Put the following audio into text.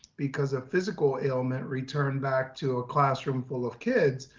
because of physical ailment returned back to a classroom full of kids,